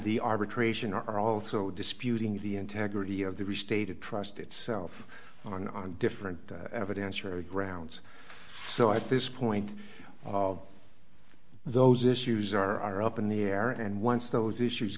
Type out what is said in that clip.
the arbitration are also disputing the integrity of the restated trust itself on different evidence for grounds so i disappoint those issues are up in the air and once those issues